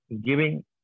giving